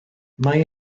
mae